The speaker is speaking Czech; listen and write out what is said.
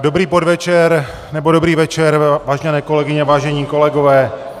Dobrý podvečer, nebo dobrý večer, vážené kolegyně, vážení kolegové.